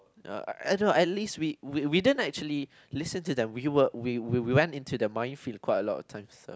uh at least we we didn't actually listen to them we were we we went into the minefield quite a lot of times